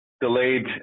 delayed